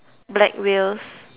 black wheels